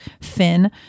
fin